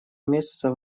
месяцев